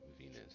Venus